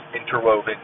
interwoven